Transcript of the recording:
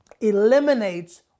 eliminates